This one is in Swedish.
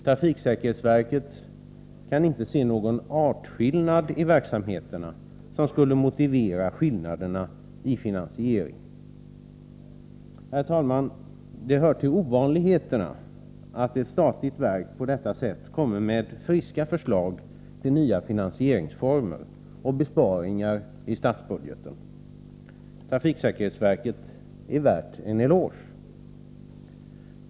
Trafiksäkerhetsverket kan inte se någon artskillnad i verksamheterna som skulle motivera skillnaderna i finansieringen. Herr talman! Det hör till ovanligheterna att ett statligt verk på detta sätt kommer med friska förslag till nya finansieringsformer och besparingar i statsbudgeten. Trafiksäkerhetsverket är värt en eloge.